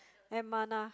and Manna